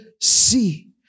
see